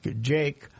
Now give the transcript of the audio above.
Jake